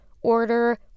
order